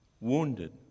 wounded